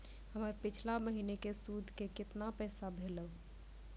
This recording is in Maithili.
हमर पिछला महीने के सुध के केतना पैसा भेलौ?